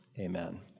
amen